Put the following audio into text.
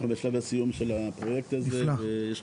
אנחנו כבר בשלבי הסיום של הפרויקט הזה,